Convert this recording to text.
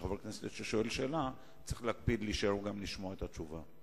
שחבר כנסת ששואל שאלה צריך להקפיד להישאר גם לשמוע את התשובה.